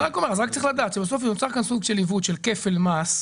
רק צריך לדעת שנוצר כאן סוג של עיוות, של כפל מס.